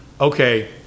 Okay